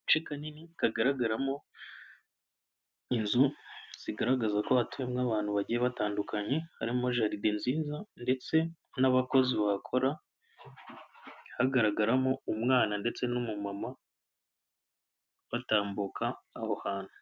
Agace kanini kagaragaramo inzu zigaragaza ko hatuyemo abantu bagiye batandukanye, harimo jaride nziza ndetse n'abakozi bahakora, hagaragaramo umwana ndetse n'umumama batambuka aho hantu.